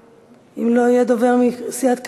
ואם לא יהיה דובר מסיעת קדימה,